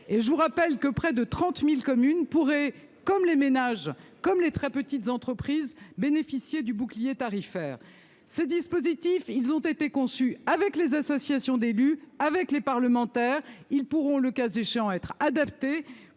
Je vous rappelle que près de 30 000 communes pourraient bénéficier, comme les ménages et les très petites entreprises, du bouclier tarifaire. Ces dispositifs ont été conçus avec les associations d'élus et les parlementaires ; ils pourront, le cas échéant, être adaptés